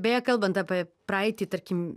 beje kalbant apie praeitį tarkim